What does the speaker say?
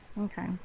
Okay